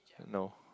no